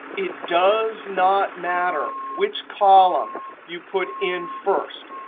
it does not matter which column you put in first.